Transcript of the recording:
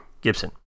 Gibson